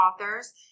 authors